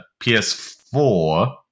PS4